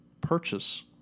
purchase